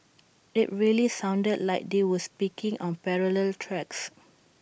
IT really sounded like they were speaking on parallel tracks